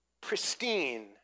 pristine